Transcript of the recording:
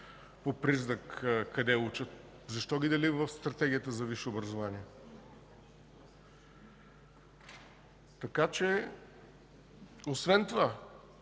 по признак къде учат. Защо ги делим в Стратегията за висше образование? Освен това,